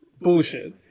bullshit